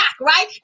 right